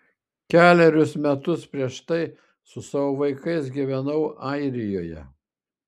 kelerius metus prieš tai su savo vaikais gyvenau airijoje